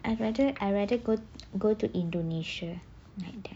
I rather I rather go go to indonesia like that